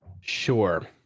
sure